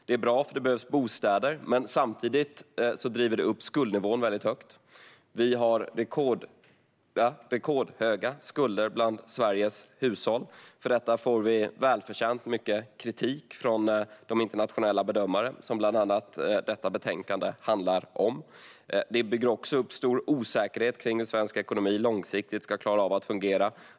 Det är bra, för det behövs bostäder, men samtidigt driver det upp skuldnivån väldigt högt. Sveriges hushåll har rekordhöga skulder. För detta får vi välförtjänt mycket kritik från internationella bedömare, och det är bland annat det som betänkandet handlar om. Vi bygger också upp stor osäkerhet om hur den svenska ekonomin långsiktigt ska fungera.